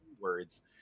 words